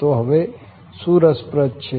તો હવે શું રસપ્રદ છે